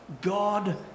God